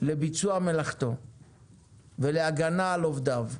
לביצוע מלאכתו ולהגנה על עובדיו.